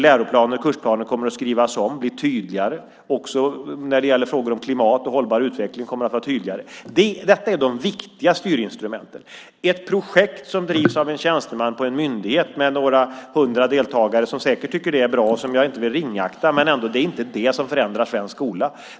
Läroplaner och kursplaner kommer att skrivas om och bli tydligare. Också när det gäller frågor om klimat och hållbar utveckling kommer det att vara tydligare. Detta är de viktiga styrinstrumenten. Ett projekt som drivs av en tjänsteman på en myndighet med några hundra deltagare - som säkert tycker att det är bra och som jag inte vill ringakta - är inte det som förändrar svensk skola.